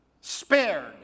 spared